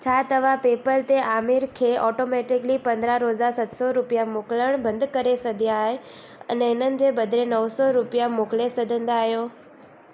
छा तव्हां पेपल ते आमिर खे ऑटोमैटिकली पंद्रहं रोज़ा सत सौ रुपिया मोकिलण बंदि करे सघिया आहे ऐं अने इन्हनि जे बदिरे नौ सौ रुपिया मोकिले सघंदा आहियो